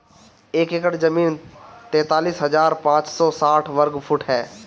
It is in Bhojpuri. एक एकड़ जमीन तैंतालीस हजार पांच सौ साठ वर्ग फुट ह